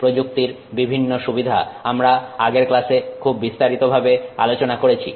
প্রযুক্তির বিভিন্ন সুবিধা আমরা আগের ক্লাসে খুব বিস্তারিতভাবে আলোচনা করেছি